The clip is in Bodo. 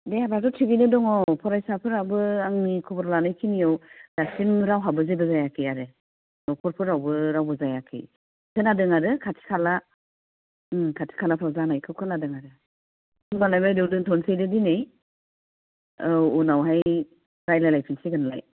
मेलेमाथ' थिगैनो दङ फरायसाफोराबो आंनि खबर लानाय खिनियाव दासिम रावहाबो जेबो जायाखै आरो न'खरफोरावबो रावबो जायाखै खोनादों आरो खाथि खाला ओं खाथि खालाफ्राव जानायखौ खोनादों आरो होमब्लालाय बायदेउ दोनथ'नोसैदे दिनै औ उनावहाय रायज्लायलायफिन सिगोन लाय